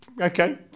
okay